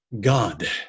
God